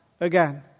again